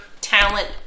talent